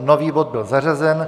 Nový bod byl zařazen.